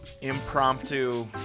impromptu